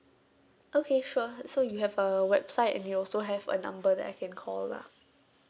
okay sure so you have a website and you also have a number that I can call lah